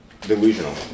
Delusional